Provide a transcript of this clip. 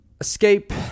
escape